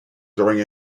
during